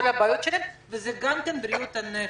הבעיות שלהם לפסיכולוגים וזה גם כן בריאות הנפש.